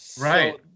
Right